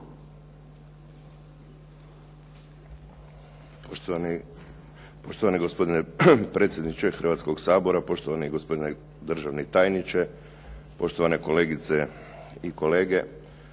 Poštovani gospodine predsjedniče Hrvatskoga sabora, poštovani gospodine državni tajniče, poštovane kolegice i kolege.